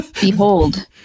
behold